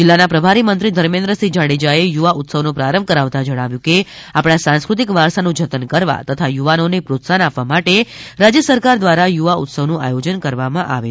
જિલ્લાના પ્રભારી મંત્રી ધમેન્દ્રસિંહ જાડેજાએ યુવા ઉત્સવનો પ્રારંભ કરાવતા જણાવ્યું હતું કે આપણા સાંસ્કૃતિક વારસાનું જતન કરવા તથા યુવાનોને પ્રોત્સાહન આપવા માટે રાજ્ય સરકાર દ્રારા યુવા ઉત્સવનું આયોજન કરવામાં આવે છે